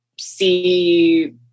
see